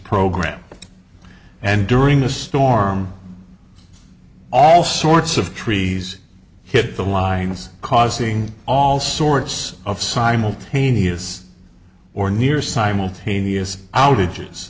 program and during the storm all sorts of trees hit the lines causing all sorts of simultaneous or near simultaneous outages